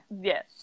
Yes